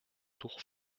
tours